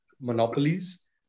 monopolies